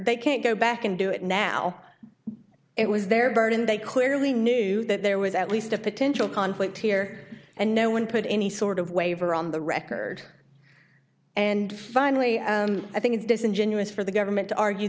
they can't go back and do it now it was their burden they clearly knew that there was at least a potential conflict here and no one put any sort of waiver on the record and finally i think it's disingenuous for the government to argue